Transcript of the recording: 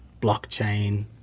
blockchain